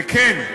וכן,